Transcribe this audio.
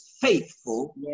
faithful